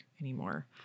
anymore